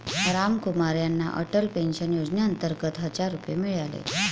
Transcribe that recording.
रामकुमार यांना अटल पेन्शन योजनेअंतर्गत हजार रुपये मिळाले